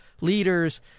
leaders